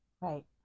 right